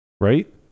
Right